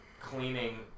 cleaning